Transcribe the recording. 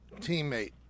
teammate